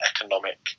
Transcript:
economic